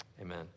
amen